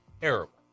terrible